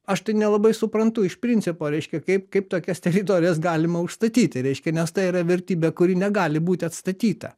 aš tai nelabai suprantu iš principo reiškia kaip kaip tokias teritorijas galima užstatyti reiškia nes tai yra vertybė kuri negali būt atstatyta